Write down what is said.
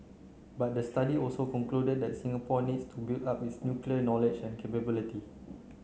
but the study also concluded that Singapore needs to build up its nuclear knowledge and capability